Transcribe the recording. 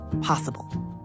possible